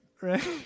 Right